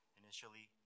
initially